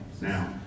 Now